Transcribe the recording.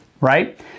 right